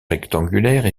rectangulaires